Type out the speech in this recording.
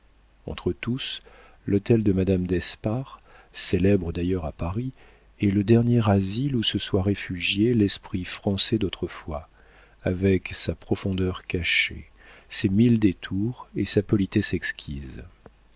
entre tous l'hôtel de madame d'espard célèbre d'ailleurs à paris est le dernier asile où se soit réfugié l'esprit français d'autrefois avec sa profondeur cachée ses mille détours et sa politesse